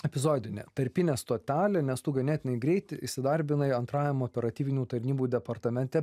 epizodinė tarpinė stotelė nes tu ganėtinai greit įsidarbinai antrajam operatyvinių tarnybų departamente